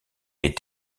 est